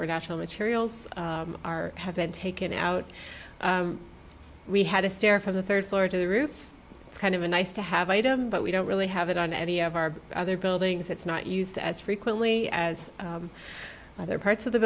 were national materials are have been taken out we had a stair from the third floor to the roof it's kind of a nice to have item but we don't really have it on any of our other buildings that's not used as frequently as other parts of the